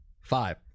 Five